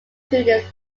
students